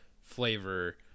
flavor